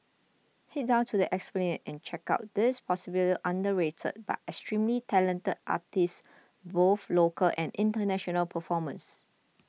head down to the Esplanade and check out these possibly underrated but extremely talented artists both local and international performers